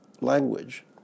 language